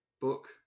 Book